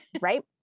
Right